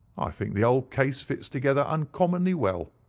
i think the whole case fits together uncommonly well.